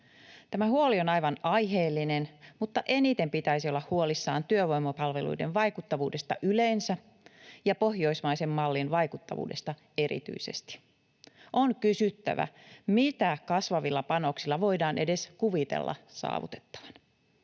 Tämä huoli on aivan aiheellinen, mutta eniten pitäisi olla huolissaan työvoimapalveluiden vaikuttavuudesta yleensä ja pohjoismaisen mallin vaikuttavuudesta erityisesti. On kysyttävä, mitä kasvavilla panoksilla voidaan edes kuvitella saavutettavan.